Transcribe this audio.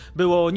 było